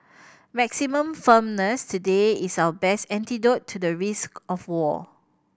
maximum firmness today is our best antidote to the risk of war